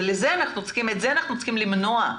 את זה אנחנו צריכים למנוע.